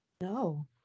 no